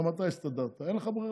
גם אתה הסתדרת, אין לך ברירה.